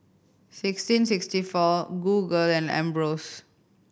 sixteen sixty four Google and Ambros